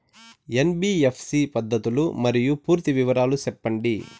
NBFC పద్ధతులు మరియు పూర్తి వివరాలు సెప్పండి?